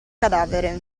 cadavere